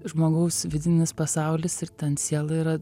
žmogaus vidinis pasaulis ir ten siela yra